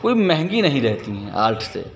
कोई महंगी नहीं रहती है आर्ट से